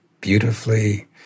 beautifully